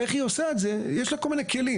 איך היא עושה את זה - יש לה כל מיני כלים.